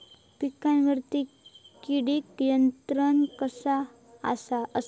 पिकावरची किडीक नियंत्रण कसा करायचा?